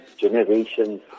generations